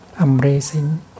embracing